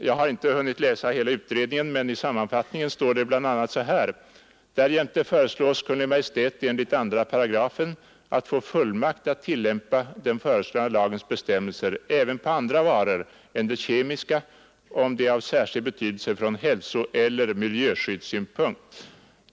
Jag har inte hunnit läsa hela utredningen men i sammanfattningen står det bl.a. så här: ”Därjämte föreslås Kungl. Maj:t enligt 2 § att få fullmakt att tillämpa den föreslagna lagens bestämmelser även på andra varor än de kemiska om det är av särskild betydelse från hälsoeller miljöskyddssynpunkt.